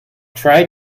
try